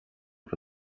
for